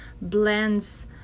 blends